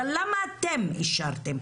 אבל למה אתם אישרתם?